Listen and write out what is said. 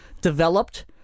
developed